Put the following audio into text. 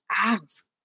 ask